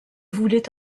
voulait